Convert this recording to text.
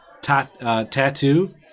tattoo